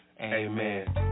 Amen